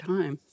Time